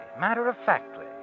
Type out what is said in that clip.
matter-of-factly